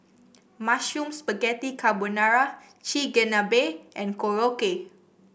Mushroom Spaghetti Carbonara Chigenabe and Korokke